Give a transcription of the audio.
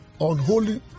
unholy